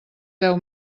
deu